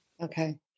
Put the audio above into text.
Okay